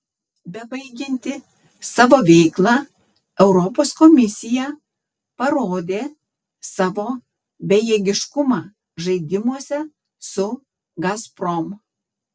bebaigianti savo veiklą europos komisija parodė savo bejėgiškumą žaidimuose su gazprom